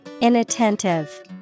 Inattentive